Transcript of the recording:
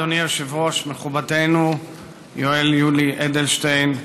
אדוני היושב-ראש מכובדנו יואל יולי אדלשטיין,